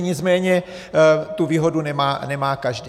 Nicméně tu výhodu nemá každý.